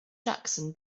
jackson